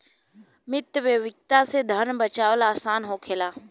मितव्ययिता से धन बाचावल आसान होखेला